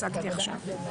כן, על הפחת שהצגתי עכשיו.